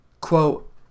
quote